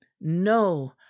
no